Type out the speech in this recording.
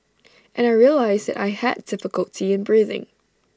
and I realised that I had difficulty in breathing